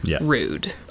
rude